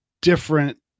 different